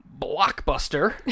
Blockbuster